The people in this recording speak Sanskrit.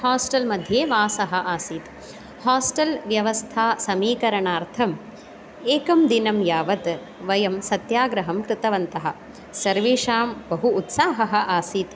हास्टेल्मध्ये वासः आसीत् हास्टेल्व्यवस्था समीकरणार्थम् एकं दिनं यावत् वयं सत्याग्रहं कृतवन्तः सर्वेषां बहु उत्साहः आसीत्